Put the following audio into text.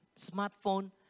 smartphone